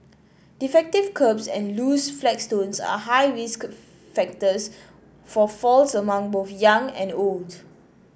defective kerbs and loose flagstones are high risk factors for falls among both young and old